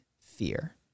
fear